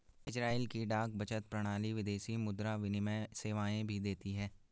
Israel की डाक बचत प्रणाली विदेशी मुद्रा विनिमय सेवाएं भी देती है